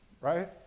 right